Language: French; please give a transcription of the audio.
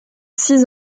six